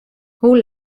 hoe